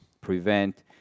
prevent